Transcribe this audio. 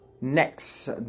Next